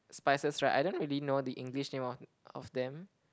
spices right I don't really know the English name of of them